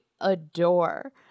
adore